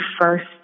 first